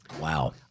Wow